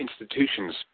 institutions